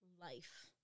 life